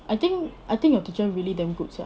I think I think your teacher really damn good sia